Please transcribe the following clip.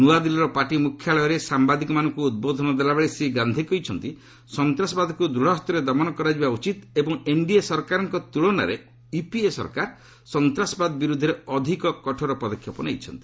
ନ୍ତଆଦିଲ୍ଲୀର ପାର୍ଟି ମୁଖ୍ୟାଳୟରେ ସାମ୍ଭାଦିକମାନଙ୍କୁ ଉଦ୍ବୋଧନ ଦେଲାବେଳେ ଶ୍ରୀ ଗାନ୍ଧି କହିଛନ୍ତି ସନ୍ତାସବାଦକୁ ଦୃଢ଼ ହସ୍ତରେ ଦମନ କରାଯିବା ଉଚିତ ଏବଂ ଏନ୍ଡିଏ ସରକାରଙ୍କ ତୁଳନାରେ ୟୁପିଏ ସରକାର ସନ୍ତାସବାଦ ବିରୁଦ୍ଧରେ ଅଧିକ କଠୋର ପଦକ୍ଷେପ ନେଇଛନ୍ତି